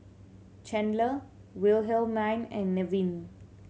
Chandler Wilhelmine and Nevin